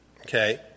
Okay